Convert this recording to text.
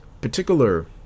particular